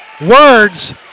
words